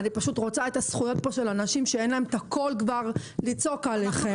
אני פשוט רוצה את הזכויות של האנשים שאין להם קול לצעוק עליכם.